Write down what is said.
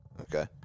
Okay